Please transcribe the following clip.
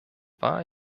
war